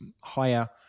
higher